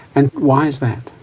and why is that?